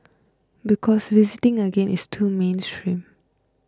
because visiting again is too mainstream